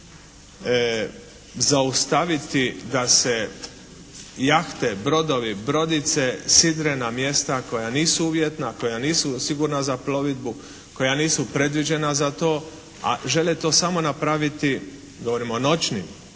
zaustaviti da se jahte, brodovi, brodice, sidrena mjesta koja nisu uvjetna, koja nisu sigurna za plovidbu, koja nisu predviđena za to a žele to samo napraviti, govorim o noćnim,